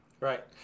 Right